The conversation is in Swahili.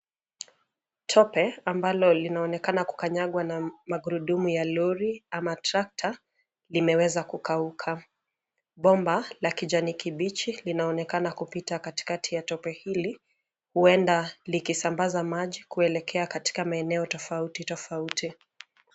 Tope ambalo linaonekana kukanyagwa na magurudumu ya lori ama trakta, limeweza kukauka. Bomba la kijani kibichi linaonekana kupita katikati ya tope hili. Huenda likisambaza maji kuelekea katika maeneo tofauti tofauti.